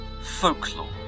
Folklore